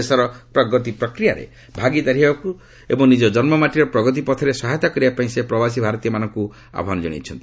ଦେଶର ପ୍ରଗତି ପ୍ରକ୍ରିୟାରେ ଭାଗିଦାରି ହେବାକୁ ଏବଂ ନିଜ ଜନ୍ମାଟିର ପ୍ରଗତି ପଥରେ ସହାୟତା କରିବା ପାଇଁ ସେ ପ୍ରବାସୀ ଭାରତୀୟ ମାନଙ୍କୁ ଆହ୍ୱାନ ଜଣାଇଛନ୍ତି